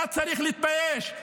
אתה צריך להתבייש.